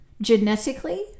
genetically